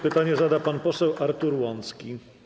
Pytanie zada pan poseł Artur Łącki.